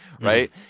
Right